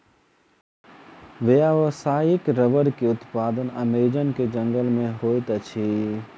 व्यावसायिक रबड़ के उत्पादन अमेज़न के जंगल में होइत अछि